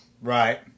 Right